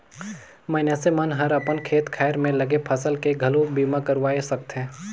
मइनसे मन हर अपन खेत खार में लगे फसल के घलो बीमा करवाये सकथे